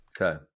Okay